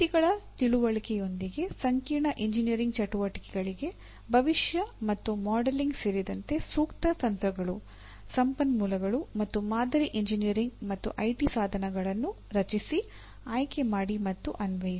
ಮಿತಿಗಳ ತಿಳುವಳಿಕೆಯೊಂದಿಗೆ ಸಂಕೀರ್ಣ ಎಂಜಿನಿಯರಿಂಗ್ ಚಟುವಟಿಕೆಗಳಿಗೆ ಭವಿಷ್ಯ ಮತ್ತು ಮಾಡೆಲಿಂಗ್ ಸೇರಿದಂತೆ ಸೂಕ್ತ ತಂತ್ರಗಳು ಸಂಪನ್ಮೂಲಗಳು ಮತ್ತು ಮಾದರಿ ಎಂಜಿನಿಯರಿಂಗ್ ಮತ್ತು ಐಟಿ ಸಾಧನಗಳನ್ನು ರಚಿಸಿ ಆಯ್ಕೆಮಾಡಿ ಮತ್ತು ಅನ್ವಯಿಸಿ